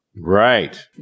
Right